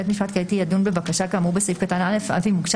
בית משפט קהילתי ידון בבקשה כאמור בסעיף קטן (א) אף אם הוגשה